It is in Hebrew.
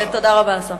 גברתי, תודה רבה לך.